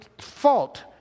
fault